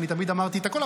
אני תמיד אמרתי את הכול,